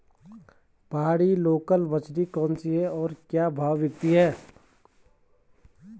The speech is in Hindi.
पहाड़ी लोकल मछली कौन सी है और क्या भाव बिकती है?